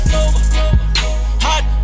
Hot